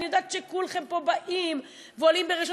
אני יודעת שכולכם פה באים ועולים ברגשות